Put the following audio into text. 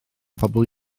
pobl